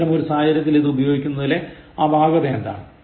ഇത്തരം ഒരു സാഹചര്യത്തിൽ ഇത് ഉപയോഗിക്കുന്നതിലെ അപാകത എന്താണ്